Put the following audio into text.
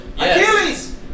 Achilles